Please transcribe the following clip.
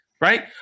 right